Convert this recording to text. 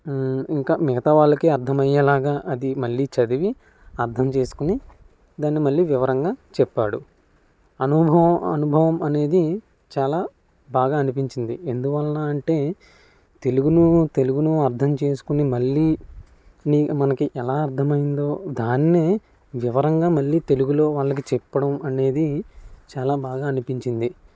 ఇంకా మిగతా వాళ్ళకి అర్థం అయ్యేలాగా అది మళ్ళీ చదివి అర్థం చేసుకొని దాన్ని మళ్ళీ వివరంగా చెప్పాడు అనుభవం అనుభవం అనేది చాలా బాగా అనిపించింది ఎందువల్ల అంటే తెలుగులో తెలుగును అర్థం చేసుకుని మళ్ళీ నీ మనకి ఎలా అర్థమైందో దానినే వివరంగా మళ్ళీ తెలుగులో వాళ్ళకి చెప్పడం అనేది చాలా బాగా అనిపించింది